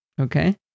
Okay